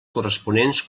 corresponents